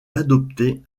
adopté